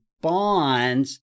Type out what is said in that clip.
bonds